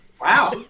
Wow